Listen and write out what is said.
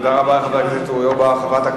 תודה רבה לחבר הכנסת אורי אורבך.